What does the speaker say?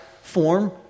form